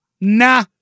nah